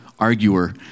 arguer